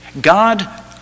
God